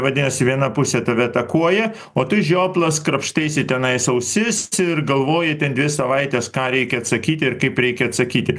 vadinasi viena pusė tave atakuoja o tu žioplas krapštaisi tenais ausis ir galvoji ten dvi savaites ką reikia atsakyti ir kaip reikia atsakyti